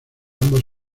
ambos